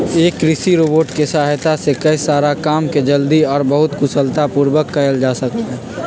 एक कृषि रोबोट के सहायता से कई सारा काम के जल्दी और बहुत कुशलता पूर्वक कइल जा सका हई